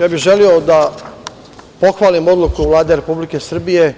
Ja bih želeo da pohvalim odluku Vlade Republike Srbije